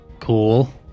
Cool